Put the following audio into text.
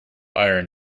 iron